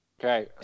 Okay